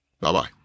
Bye-bye